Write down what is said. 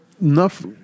enough